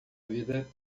vida